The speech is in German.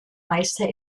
meister